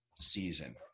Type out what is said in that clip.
season